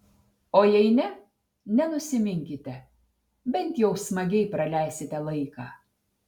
o jei ne nenusiminkite bent jau smagiai praleisite laiką